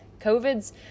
COVID's